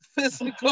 physically